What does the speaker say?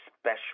special